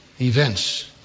events